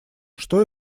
что